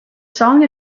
song